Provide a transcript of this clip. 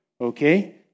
Okay